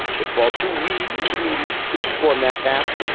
it falls to we in the media to perform that task.